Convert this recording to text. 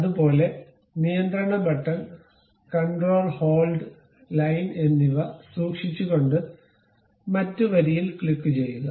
അതുപോലെ നിയന്ത്രണ button control hold line എന്നിവ സൂക്ഷിച്ചുകൊണ്ട് മറ്റ് വരിയിൽ ക്ലിക്കുചെയ്യുക